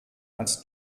als